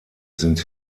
sind